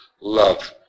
love